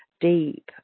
deep